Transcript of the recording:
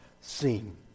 seen